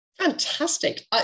Fantastic